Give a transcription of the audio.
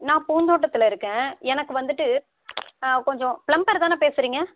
நான் பூந்தோட்டத்தில் இருக்கேன் எனக்கு வந்துட்டு கொஞ்சம் ப்ளம்பர் தானே பேசுறீங்க